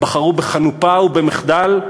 הם בחרו בחנופה ובמחדל,